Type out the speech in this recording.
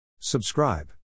Subscribe